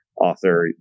author